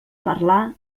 parlar